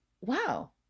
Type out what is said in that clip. wow